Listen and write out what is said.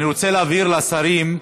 אני רוצה להבהיר לשרים,